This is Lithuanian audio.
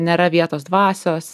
nėra vietos dvasios